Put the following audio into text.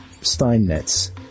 steinmetz